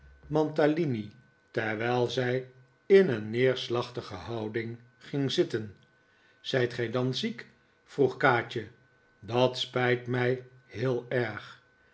mantalini terwijl zij in een neerslachtige houding ging zitten zijt gij dan ziek vroeg kaatje dat spijt mij heel erg